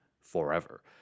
forever